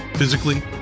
physically